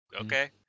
Okay